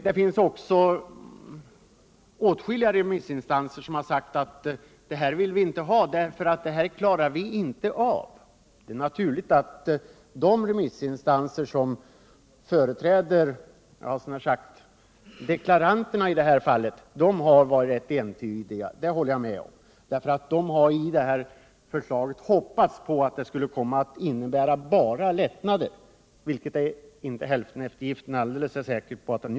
Det finns åtskilliga remissinstanser som sagt att man inte vill ha dessa bestämmelser därför att man inte kommer att klara av dem. Det är naturligt att de remissinstanser som företräder deklaranterna i det här fallet varit ganska entydiga. Det kan jag hålla med om. De har hoppats att detta förslag skulle komma att innebära bara lättnader, vilket hälfteneftergiften inte alldeles säkert gör.